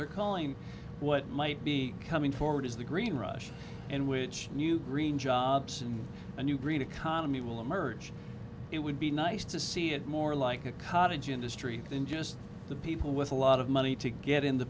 they're calling what might be coming forward is the green rush in which you green jobs and you read economy will emerge it would be nice to see it more like a cottage industry than just the people with a lot of money to get in